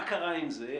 מה קרה עם זה?